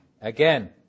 again